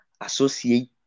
associate